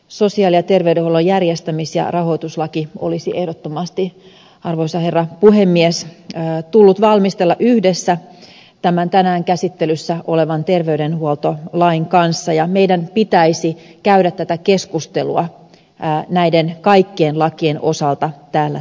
sosiaali ja terveydenhuollon järjestämis ja rahoituslaki olisi ehdottomasti arvoisa herra puhemies tullut valmistella yhdessä tämän tänään käsittelyssä olevan terveydenhuoltolain kanssa ja meidän pitäisi käydä tätä keskustelua näiden kaikkien lakien osalta täällä tänään